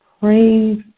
Praise